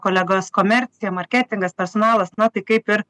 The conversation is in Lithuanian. kolegas komercija marketingas personalas na tai kaip ir